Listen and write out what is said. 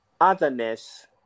otherness